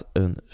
een